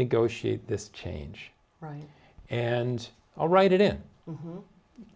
negotiate this change right and i'll write it in